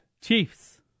Chiefs